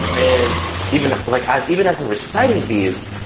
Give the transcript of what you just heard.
and even like as even as reciting these,